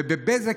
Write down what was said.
ובבזק,